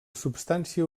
substància